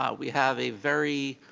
ah we have a very